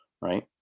right